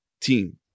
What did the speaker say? team